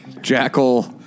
Jackal